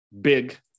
big